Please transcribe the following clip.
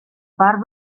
part